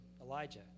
Elijah